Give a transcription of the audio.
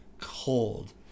cold